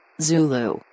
Zulu